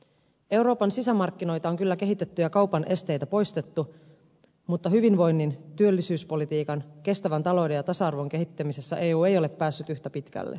euroopan sisämarkkinoita on kyllä kehitetty ja kaupan esteitä poistettu mutta hyvinvoinnin työllisyyspolitiikan kestävän talouden ja tasa arvon kehittämisessä eu ei ole päässyt yhtä pitkälle